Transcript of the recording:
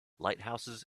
lighthouses